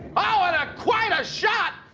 oh, and quite a shot!